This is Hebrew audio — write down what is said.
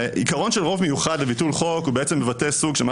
העיקרון של רוב מיוחד לביטול חוק בעצם מבטא סוג של מה